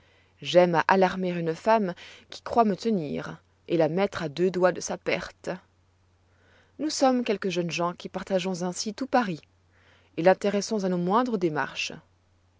à alarmer une femme qui croit me tenir et la mettre à deux doigts de ma perte nous sommes quelques jeunes gens qui partageons ainsi tout paris et l'intéressons à nos moindres démarches